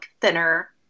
thinner